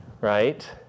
right